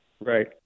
Right